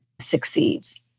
succeeds